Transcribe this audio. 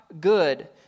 good